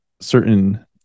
certain